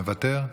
מוותר,